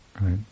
right